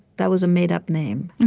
that was a made-up name